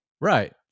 right